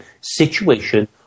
situation